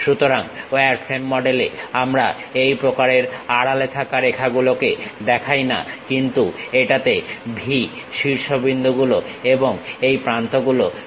সুতরাং ওয়ারফ্রেম মডেলে আমরা এই প্রকারের আড়ালে থাকা রেখাগুলোকে দেখাই না কিন্তু এটাতে V শীর্ষবিন্দুগুলো এবং এই প্রান্ত গুলো থাকবে